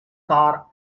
car